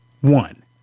one